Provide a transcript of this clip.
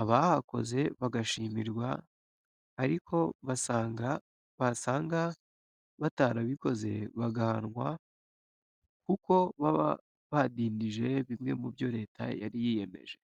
abahakoze bagashimirwa ariko basanga batarabikoze bagahanwa kuko baba badindije bimwe mu byo leta yari yiyemeje.